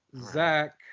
Zach